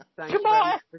Goodbye